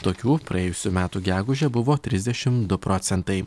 tokių praėjusių metų gegužę buvo trisdešim du procentai